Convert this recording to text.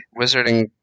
wizarding